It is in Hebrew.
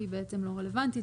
כי היא לא רלוונטית,